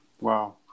wow